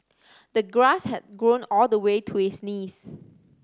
the grass had grown all the way to his knees